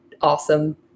awesome